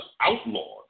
outlawed